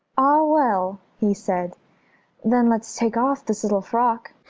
ah well, he said then let's take off this little frock.